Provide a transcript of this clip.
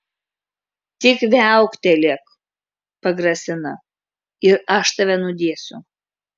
tik viauktelėk pagrasina ir aš tave nudėsiu